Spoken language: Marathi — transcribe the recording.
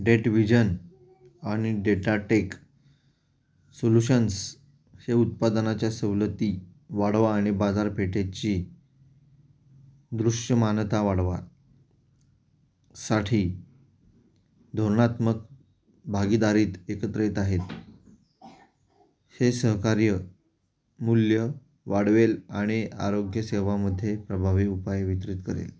डेटविजन आणि डेटाटेक सोल्युशन्स हे उत्पादनाच्या सवलती वाढवा आणि बाजारपेठेची दृश्यमानता वाढवा साठी धोरणात्मक भागीदारीत एकत्र येत आहेत हे सहकार्य मूल्य वाढवेल आणि आरोग्यसेवेमध्ये प्रभावी उपाय वितरित करेल